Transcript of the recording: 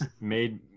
Made